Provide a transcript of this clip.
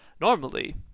Normally